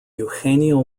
eugenio